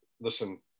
listen